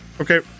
Okay